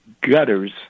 gutters